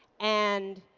and